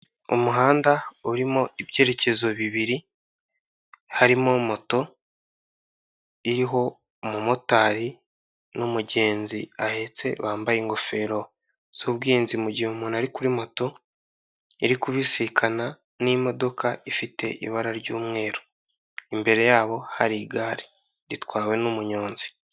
Umuhanda urimo ibyerekezo bibiri, harimo moto. Iriho umumotari n'umugenzi ahetse bambaye ingofero z'ubwirinzi mu gihe umuntu ari kuri moto. Iri kubisikana n'imodoka ifite ibara ry'umweru. Imbere yabo hari igare ritwawe n'umunyonzi.